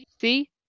See